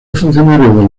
funcionario